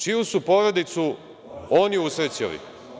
Čiju su porodicu oni usrećili?